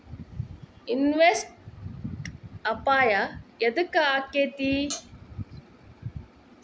Investment ಅಪಾಯಾ ಯದಕ ಅಕ್ಕೇತಿ?